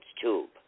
tube